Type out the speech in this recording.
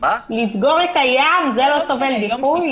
לסגור את הים לא סובל דיחוי?